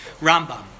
Rambam